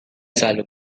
selalu